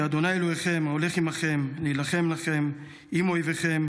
'כי ה' אלֹהיכם ההֹלך עמכם להִלחם לכם עם אֹיביכם